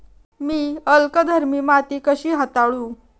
मी अल्कधर्मी माती कशी हाताळू?